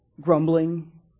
grumbling